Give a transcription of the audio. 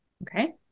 Okay